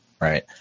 right